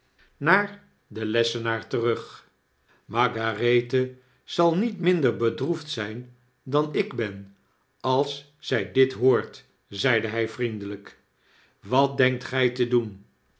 naar den lessenaar terug margarethe zalniet minder bedroefd zgn dan ik ben als zg dit hoort zeide hg vriendelgk wat denkt gg te doen